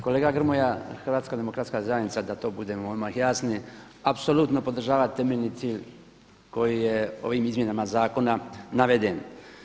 Kolega Grmoja, Hrvatska demokratska zajednica da to budemo odmah jasni apsolutno podržava temeljni cilj koji je ovim izmjenama zakona naveden.